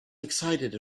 excited